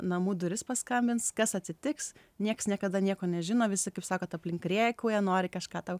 namų duris paskambins kas atsitiks niekas niekada nieko nežino visi kaip sakot aplink rėkauja nori kažką tau